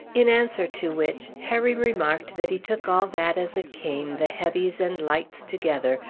in answer to which harry remarked that he took all that as it came, the heavies and lights together,